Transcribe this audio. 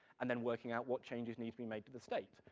and then working out what changes need to be made to the state.